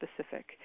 specific